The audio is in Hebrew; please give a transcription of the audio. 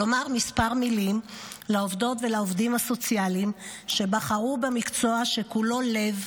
לומר כמה מילים לעובדות ולעובדים הסוציאליים שבחרו במקצוע שכולו לב,